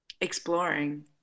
exploring